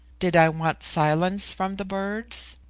did i want silence from the birds?